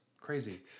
crazy